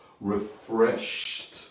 refreshed